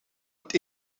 het